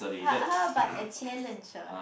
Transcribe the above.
how how about a challenge ah